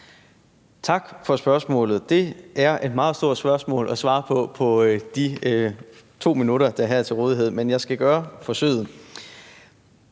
Tak for spørgsmålet. Det er et meget stort spørgsmål at svare på på de 2 minutter, der her er til rådighed, men jeg skal gøre forsøget.